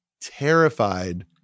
terrified